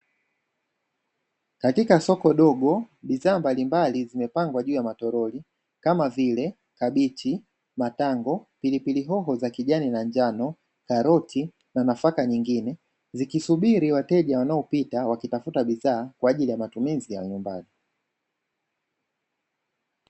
Katika soko dogo bidhaa mbalimbali zimepangwa juu ya matoroli kamavile: kabichi, matango, pilipili hoho za kijani na njano, karoti na nafaka nyingine zikisubiri wateja wanaopita wakitafuta bidhaa kwa ajili ya matumizi ya nyumbani.